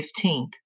15th